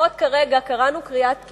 לפחות כרגע, קראנו קריאת כיוון,